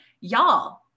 y'all